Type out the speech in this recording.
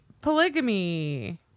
Polygamy